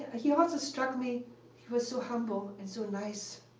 ah he also struck me he was so humble and so nice.